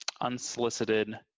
unsolicited